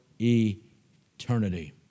eternity